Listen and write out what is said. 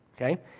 Okay